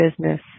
business